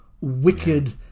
wicked